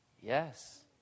Yes